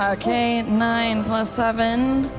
okay, nine plus seven,